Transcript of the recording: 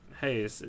hey